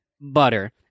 butter